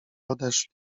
odeszli